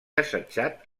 assetjat